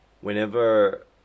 whenever